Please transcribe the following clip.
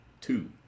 two